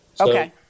okay